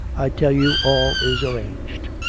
i tell you all is arranged.